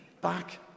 back